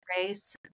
grace